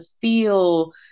feel